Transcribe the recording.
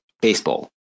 Baseball